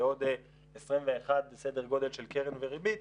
ועוד 21 סדר גודל של קרן וריבית,